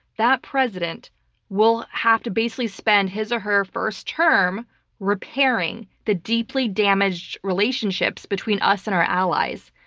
that president will have to basically spend his or her first term repairing the deeply damaged relationships between us and our allies.